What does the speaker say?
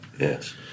Yes